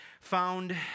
found